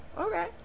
okay